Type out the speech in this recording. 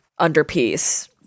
underpiece